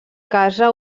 casa